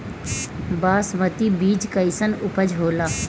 बासमती बीज कईसन उपज होला?